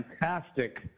fantastic